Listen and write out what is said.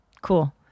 Cool